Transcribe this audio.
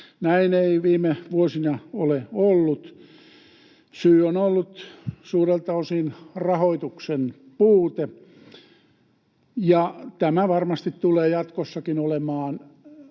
Näin ei viime vuosina ole ollut. Syy on ollut suurelta osin rahoituksen puute. Tämä varmasti tulee jatkossakin olemaan